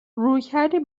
رویکردی